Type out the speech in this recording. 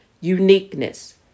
uniqueness